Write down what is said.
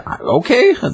Okay